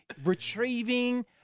retrieving